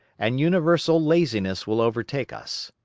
and universal laziness will overtake us.